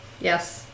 Yes